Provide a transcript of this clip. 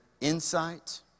insight